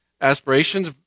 aspirations